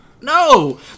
no